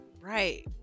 right